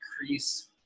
increase